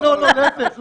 לא, להפך.